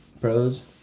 pros